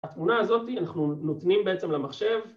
‫התמונה הזאת אנחנו נותנים ‫בעצם למחשב.